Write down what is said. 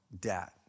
debt